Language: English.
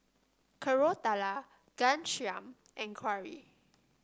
Koratala Ghanshyam and Gauri